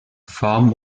farm